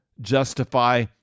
justify